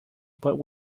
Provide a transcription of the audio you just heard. but